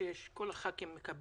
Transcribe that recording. של חבר הכנסת מנסור